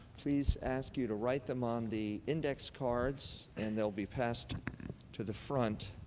please ask you to write them on the index cards and they'll be passed to the front.